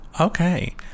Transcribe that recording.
okay